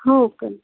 हो का